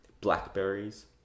blackberries